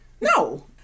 no